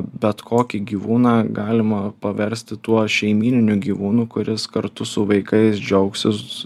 bet kokį gyvūną galima paversti tuo šeimyniniu gyvūnu kuris kartu su vaikais džiaugsis